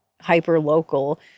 hyper-local